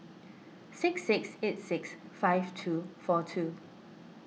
six six eight six five two four two